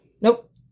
Nope